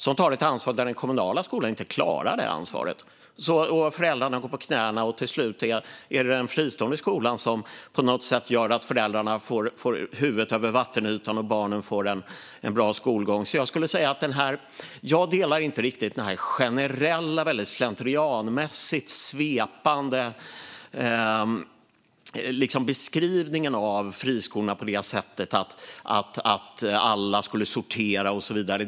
De tar ett ansvar när den kommunala skolan inte klarar det. När föräldrarna går på knäna är det till slut en fristående skola som gör att föräldrarna får huvudet över vattenytan och barnen en bra skolgång. Jag delar inte riktigt den generella och väldigt slentrianmässigt svepande beskrivningen av friskolorna om att alla skolor skulle sortera och så vidare.